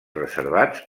reservats